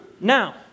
now